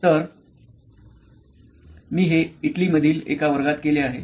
तर मी हे इटलीमधील एका वर्गात केले आहे